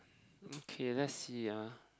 okay let see ah